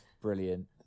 Brilliant